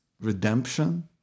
redemption